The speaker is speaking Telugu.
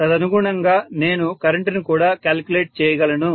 తదనుగుణంగా నేను కరెంటుని కూడా కాలిక్యులేట్ చేయగలను